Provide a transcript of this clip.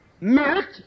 milk